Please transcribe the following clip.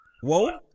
Whoa